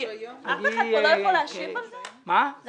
אף אחד פה לא יכול להשיב על זה, על